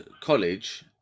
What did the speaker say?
college